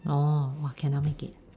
orh !wah! cannot make it